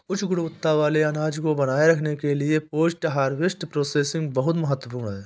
उच्च गुणवत्ता वाले अनाज को बनाए रखने के लिए पोस्ट हार्वेस्ट प्रोसेसिंग बहुत महत्वपूर्ण है